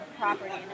property